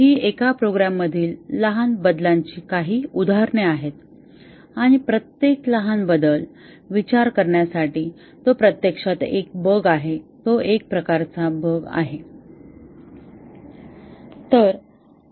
ही एका प्रोग्राममधील लहान बदलांची काही उदाहरणे आहेत आणि प्रत्येक लहान बदल विचार करण्यासाठी तो प्रत्यक्षात एक बग आहे एक प्रकारचा बग आहे